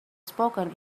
spoken